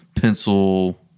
pencil